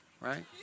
Right